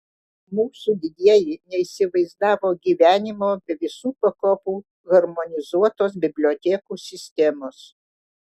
mūsų didieji neįsivaizdavo gyvenimo be visų pakopų harmonizuotos bibliotekų sistemos